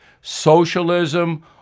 socialism